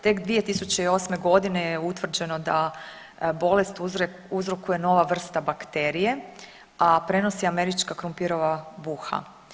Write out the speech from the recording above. Tek 2008.g. je utvrđeno da bolest uzrokuje nova vrsta bakterije, a prenosi je američka krumpirova buha.